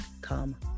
come